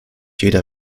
jeder